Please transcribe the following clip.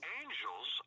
angels